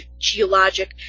geologic